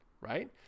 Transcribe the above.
Right